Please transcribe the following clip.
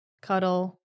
cuddle